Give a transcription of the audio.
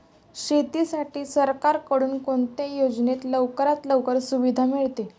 शेतीसाठी सरकारकडून कोणत्या योजनेत लवकरात लवकर सुविधा मिळते?